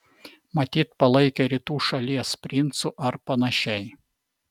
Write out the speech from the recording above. matyt palaikė rytų šalies princu ar panašiai